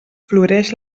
floreix